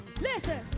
Listen